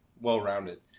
well-rounded